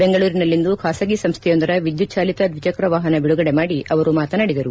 ಬೆಂಗಳೂರಿನಲ್ಲಿಂದು ಖಾಸಗಿ ಸಂಸ್ವೆಯೊಂದರ ವಿದ್ಯುಚ್ದಾಲಿತ ದ್ವಿಚಕ್ರ ವಾಹನ ಬಿಡುಗಡೆ ಮಾಡಿ ಅವರು ಮಾತನಾಡಿದರು